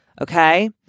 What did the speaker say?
okay